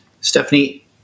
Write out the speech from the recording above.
Stephanie